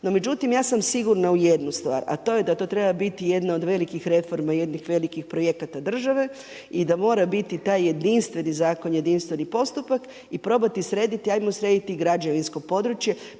No međutim, ja sam sigurna u jednu stvar, a to je da to treba biti jedna od velikih reforma, jednih velikih projekata države i da mora biti taj jedinstveni zakon, jedinstveni postupak i probati srediti, hajmo srediti i građevinsko područje